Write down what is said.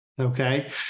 okay